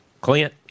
Clint